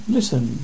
Listen